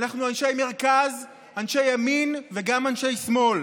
אנחנו אנשי מרכז, אנשי ימין וגם אנשי שמאל,